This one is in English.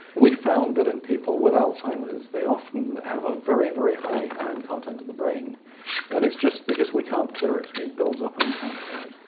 we found that in people with alzheimer's they often have a very, very high iron content in the brain and it's just because we can't clear it, it builds up and you can't clear it.